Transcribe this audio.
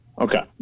Okay